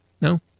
No